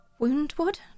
Woundwood